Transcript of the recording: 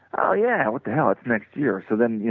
ah yeah, what the hell it's next year, so then, you